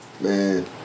Man